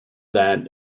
that